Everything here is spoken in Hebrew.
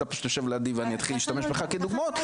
אתה פשוט יושב לידי ואני אתחיל להשתמש בך כדוגמאות,